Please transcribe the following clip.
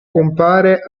compare